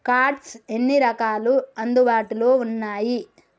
Cards ఎన్ని రకాలు అందుబాటులో ఉన్నయి?